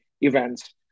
events